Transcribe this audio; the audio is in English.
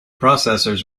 processors